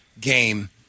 game